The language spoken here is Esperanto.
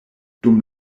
dum